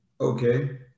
Okay